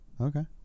Okay